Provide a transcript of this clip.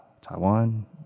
taiwan